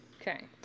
Okay